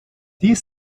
dies